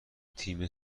تیم